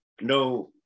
no